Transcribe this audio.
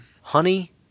Honey